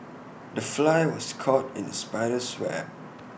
the fly was caught in the spider's web